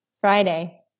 Friday